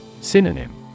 Synonym